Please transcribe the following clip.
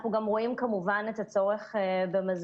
אנחנו גם רואים כמובן את הצורך במזון,